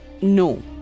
No